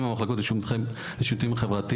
עם המחלקות לשירותים החברתיים,